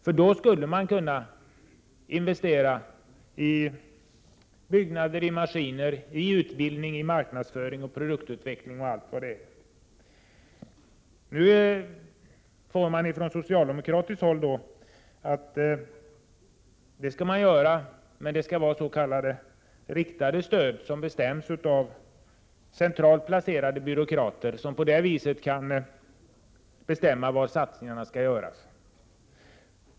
Man skulle då kunna investera i byggnader, maskiner, utbildning, marknadsföring, produktutveckling m.m. Från socialdemokratiskt håll säger man att man skall göra det men att det skall vara fråga om s.k. riktade stöd, där centralt placerade byråkrater bestämmer var satsningarna skall göras.